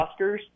Oscars